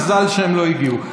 מזל שהם לא הגיעו.